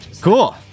Cool